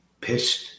pissed